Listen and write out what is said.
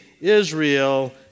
Israel